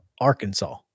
Arkansas